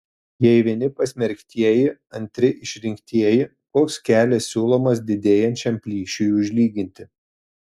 jei vieni pasmerktieji antri išrinktieji koks kelias siūlomas didėjančiam plyšiui užlyginti